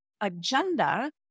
agenda